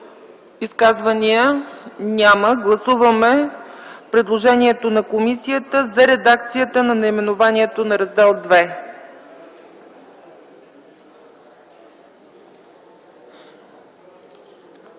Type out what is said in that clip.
Изказвания? Няма. Гласуваме предложението на комисията за редакцията на наименованието на Раздел ІІ.